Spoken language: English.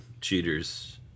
cheaters